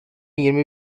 yirmi